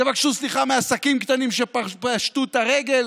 תבקשו סליחה מעסקים קטנים שפשטו את הרגל,